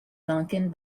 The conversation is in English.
lankan